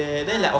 ah